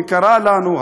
וקרא לנו,